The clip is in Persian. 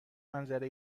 منظره